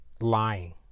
lying